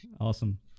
awesome